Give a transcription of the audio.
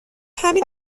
همین